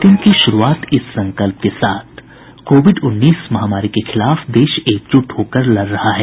bulletin की शुरूआत इस संकल्प के साथ कोविड उन्नीस महामारी के खिलाफ देश एकजुट होकर लड़ रहा है